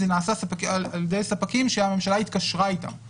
זה נעשה על-ידי ספקים שהממשלה התקשרה איתם.